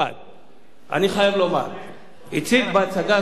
הציג, בנתונים שהכינו לשר מיקי איתן.